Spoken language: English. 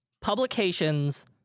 publications